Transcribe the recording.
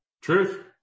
truth